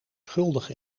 schuldig